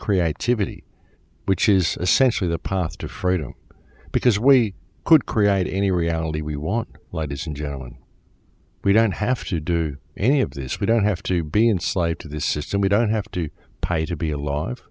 creativity which is essentially the path to freedom because we could create any reality we want ladies and gentlemen we don't have to do any of this we don't have to be enslaved to this system we don't have to pay to be alive